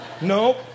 Nope